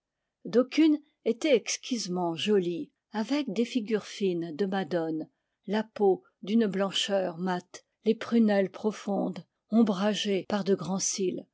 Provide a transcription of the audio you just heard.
d'aucunes étaient exquisement jolies avec des figures fines de madones la peau d'une blancheur mate les prunelles profondes ombragées par de grands cils